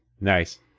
Nice